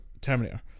Terminator